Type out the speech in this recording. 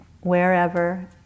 wherever